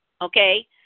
okay